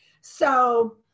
So-